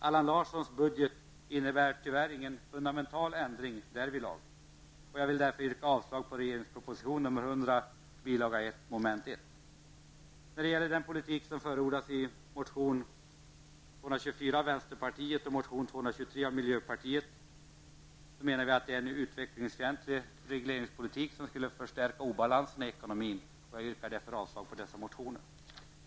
Allan Larssons budget innebär tyvärr ingen fundamental ändring därvidlag. Jag vill därför yrka avslag på regeringens proposition nr 100, bil. 1, mom. 1. När det gäller den politik som förordas i motion 224 från vänsterpartiet och motion 223 från miljöpartiet, menar vi att det rör sig om en utvecklingsfientlig regleringspolitik som skulle kunna förstärka obalansen i ekonomin. Vi yrkar därför avslag på dessa motioner.